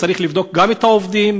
והוא צריך לבדוק גם את העובדים,